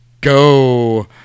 go